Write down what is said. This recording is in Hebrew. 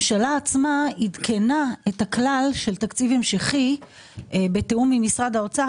הממשלה עצמה עדכנה את הכלל של התקציב ההמשכי בתיאום עם משרד האוצר,